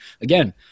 again